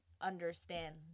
understand